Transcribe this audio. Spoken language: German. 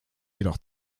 jedoch